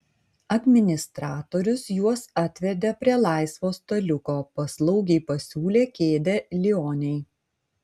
administratorius juos atvedė prie laisvo staliuko paslaugiai pasiūlė kėdę lionei